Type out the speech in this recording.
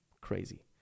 crazy